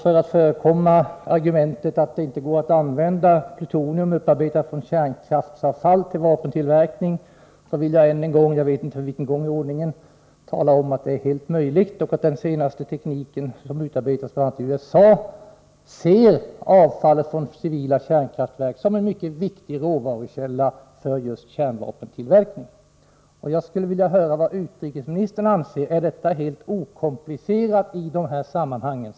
För att förekomma argumentet att det inte går att använda plutonium upparbetat från kärnkraftsavfall till vapentillverkning vill jag än en gång — jag vet inte för vilken gång i ordningen — tala om att det är fullt möjligt. I USA, där den senaste tekniken har utvecklats, ser man avfallet från civila kärnkraftverk som en mycket viktig råvarukälla för kärnvapentillverkning. Jag vill fråga utrikesministern om han anser att den här frågan är okomplicerad.